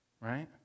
right